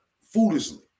foolishly